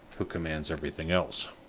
who commands everything else.